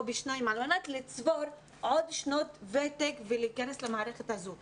בשניים על מנת לצבור עוד שנות ותק ולהיכנס למערכת הזו.